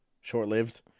short-lived